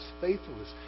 faithfulness